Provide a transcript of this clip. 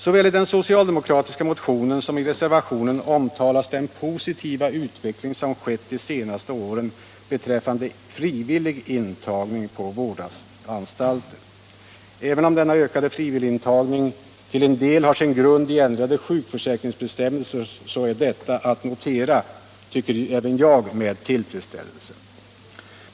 Såväl i den socialdemokratiska motionen som i reservationen omtalas den positiva utveckling som ägt rum de senaste åren beträffande frivillig intagning på vårdanstalter. Även om denna ökade frivilligintagning till en del har sin grund i ändrade sjukförsäkringsbestämmelser är den, tycker även jag, att notera med tillfredsställelse.